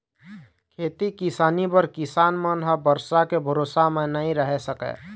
खेती किसानी बर किसान मन ह बरसा के भरोसा म नइ रह सकय